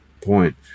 point